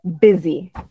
busy